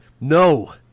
No